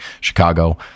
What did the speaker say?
Chicago